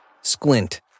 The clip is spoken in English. squint